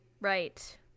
Right